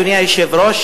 אדוני היושב-ראש,